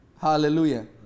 Hallelujah